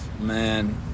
man